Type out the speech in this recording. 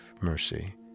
mercy